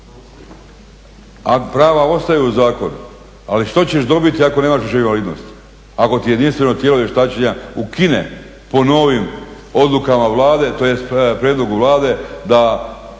A prava ostaju u zakonu. ali što ćeš dobiti ako nemaš više invalidnosti, ako ti jedinstveno tijelo vještačenja ukine po novim odlukama Vlade tj. prijedlogu Vlade da